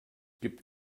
gibt